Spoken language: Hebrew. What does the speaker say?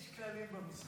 יש כללים למשחק,